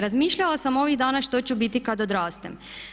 Razmišljala sam ovih dana što ću biti kad odrastem.